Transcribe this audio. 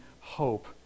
hope